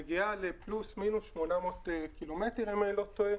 מגיעה לפלוס מינוס 800 ק"מ אם אני לא טועה,